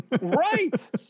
Right